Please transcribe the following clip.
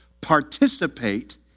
participate